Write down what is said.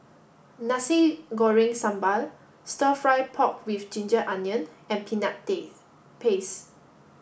Nasi Goreng Sambal stir fry pork with ginger onion and peanut this paste